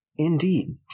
Indeed